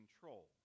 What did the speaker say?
control